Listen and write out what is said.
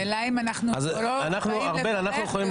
השאלה אם אנחנו לא באים לברך ויוצאים הפוך?